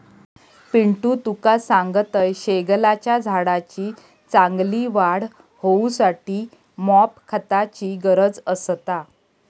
पिंटू तुका सांगतंय, शेगलाच्या झाडाची चांगली वाढ होऊसाठी मॉप खताची गरज असता